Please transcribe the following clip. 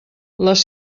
les